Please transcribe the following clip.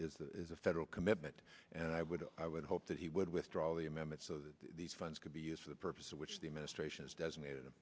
s is the federal commitment and i would i would hope that he would withdraw the amendment so that these funds could be used for the purpose of which the administration is designated